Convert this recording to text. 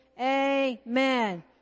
Amen